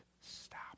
stop